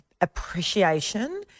appreciation